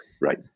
Right